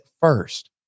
first